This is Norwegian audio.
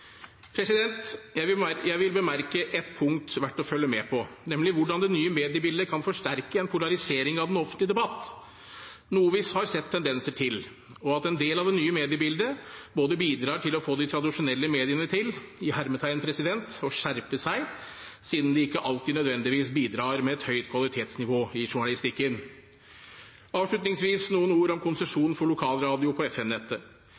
Jeg vil bemerke et punkt verdt å følge med på, nemlig hvordan det nye mediebildet kan forsterke en polarisering av den offentlige debatt – noe vi har sett tendenser til – og at en del av det nye mediebildet bidrar til å få de tradisjonelle mediene til å «skjerpe seg», siden de ikke alltid nødvendigvis bidrar med et høyt kvalitetsnivå i journalistikken. Avslutningsvis noen ord om konsesjon for lokalradio på